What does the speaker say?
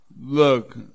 look